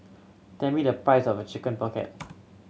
tell me the price of Chicken Pocket